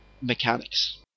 mechanics